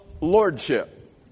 lordship